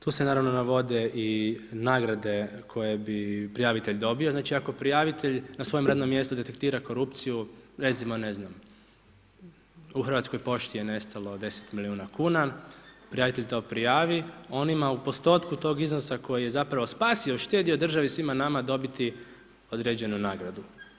Tu se naravno navode i nagrade koje bi prijavitelj dobio, znači ako prijavitelj na svom radnom mjestu detektira korupciju, recimo ne znam u Hrvatskoj pošti je nestalo 10 milijuna kuna, prijavitelj to prijavi on ima u postotku tog iznosa koji je zapravo spasio, uštedio državi svima nama, dobiti određenu nagradu.